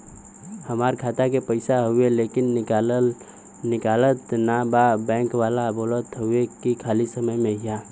हमार खाता में पैसा हवुवे लेकिन निकलत ना बा बैंक वाला बोलत हऊवे की खाली समय में अईहा